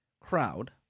Crowd